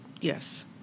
Yes